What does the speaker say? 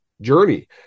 journey